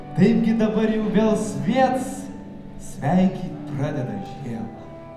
kaipgi dabar jau vėl sviets sveikyt pradeda žiemą